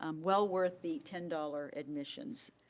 um well worth the ten dollars admissions,